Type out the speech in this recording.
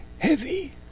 Heavy